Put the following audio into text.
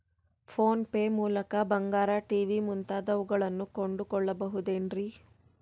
Phone pay ಮೂಲಕ ಬಂಗಾರ, TV ಮುಂತಾದವುಗಳನ್ನ ಕೊಂಡು ಕೊಳ್ಳಬಹುದೇನ್ರಿ?